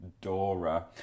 Dora